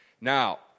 Now